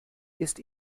ist